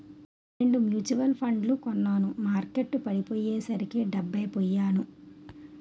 రెండు మ్యూచువల్ ఫండ్లు కొన్నాను మార్కెట్టు పడిపోయ్యేసరికి డెబ్బై పొయ్యాను